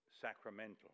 sacramental